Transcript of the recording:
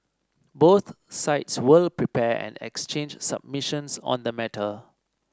both sides will prepare and exchange submissions on the matter